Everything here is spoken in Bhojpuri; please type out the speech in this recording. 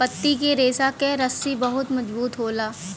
पत्ती के रेशा क रस्सी बड़ा मजबूत होला